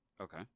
Okay